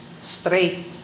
Straight